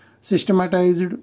systematized